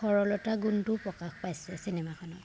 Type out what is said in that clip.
সৰলতা গুণটোও প্ৰকাশ পাইছে চিনেমাখনত